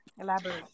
Elaborate